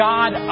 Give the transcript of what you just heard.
God